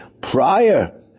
Prior